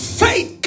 faith